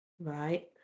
Right